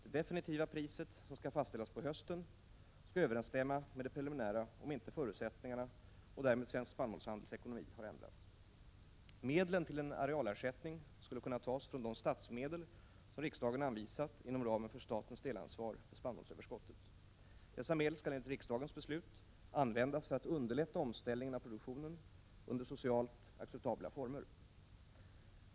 Det definitiva priset, som skall fastställas på hösten, skall överensstämma med det preliminära om inte förutsättningarna, och därmed 33 Svensk spannmålshandels ekonomi, har ändrats. Medlen till en arealersättning skulle kunna tas från de statsmedel som riksdagen anvisat inom ramen för statens delansvar för spannmålsöverskottet. Dessa medel skall enligt riksdagens beslut användas för att underlätta omställningen av produktionen under socialt acceptabla former.